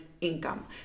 income